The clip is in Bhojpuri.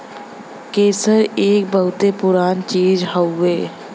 केसर एक बहुते पुराना चीज हउवे